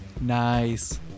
Nice